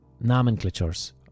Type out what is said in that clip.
nomenclatures